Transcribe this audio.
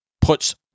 puts